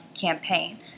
campaign